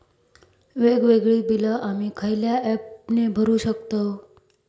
वेगवेगळी बिला आम्ही खयल्या ऍपने भरू शकताव?